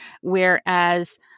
whereas